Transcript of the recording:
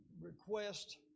request